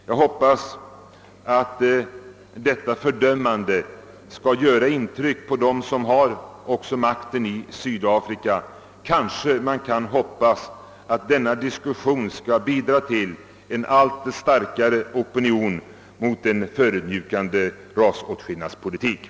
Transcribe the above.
Jag hoppas att detta fördömande skall göra intryck också på dem som har makten i Sydafrika. Kanske man kan hoppas att denna diskussion skall bidra till en allt starkare opinion mot den förödmjukande rasåtskillnadspolitiken.